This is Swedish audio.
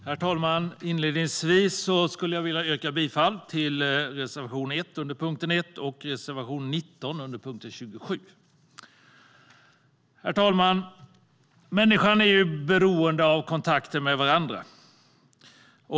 Herr talman! Inledningsvis yrkar jag bifall till reservation 1 under punkt 1 och reservation 19 under punkt 27. Herr talman! Människan är beroende av kontakter med andra.